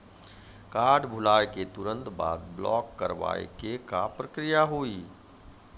Card भुलाए के तुरंत बाद ब्लॉक करवाए के का प्रक्रिया हुई?